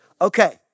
Okay